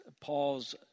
Paul's